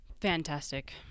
Fantastic